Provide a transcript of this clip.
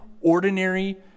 ordinary